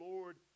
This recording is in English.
Lord